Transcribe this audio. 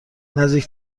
نزدیک